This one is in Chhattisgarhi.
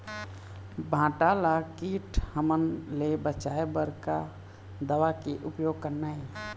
भांटा ला कीट हमन ले बचाए बर का दवा के उपयोग करना ये?